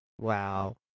wow